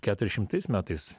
keturi šimtais metais